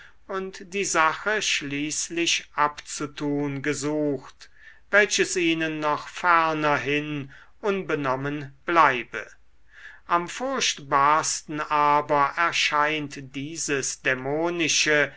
die sache schließlich abzutun gesucht welches ihnen noch fernerhin unbenommen bleibe am furchtbarsten aber erscheint dieses dämonische